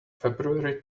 february